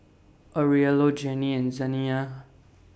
Aurelio Jennie and Zaniyah